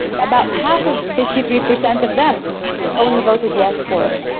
about half of sixty three percent of them yeah only voted yes for it.